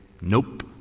nope